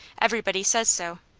everybody says so.